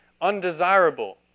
undesirable